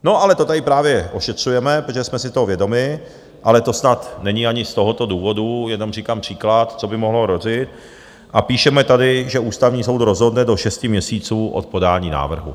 No ale to tady právě ošetřujeme, protože jsme si toho vědomi ale to snad není ani z tohoto důvodu, jenom říkám příklad, co by mohlo hrozit, a píšeme tady, že Ústavní soud rozhodne do šesti měsíců od podání návrhu.